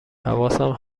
حواسم